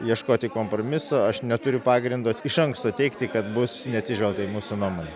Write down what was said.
ieškoti kompromiso aš neturiu pagrindo iš anksto teigti kad bus neatsižvelgta į mūsų nuomonę